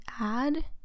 add